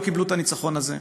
לא קיבלו את הניצחון הזה,